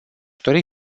dori